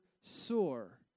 sore